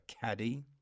Caddy